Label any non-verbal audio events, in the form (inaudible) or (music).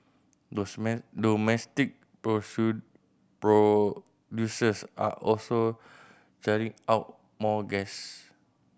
(unintelligible) domestic (unintelligible) producers are also churning out more gas